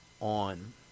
on